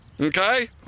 Okay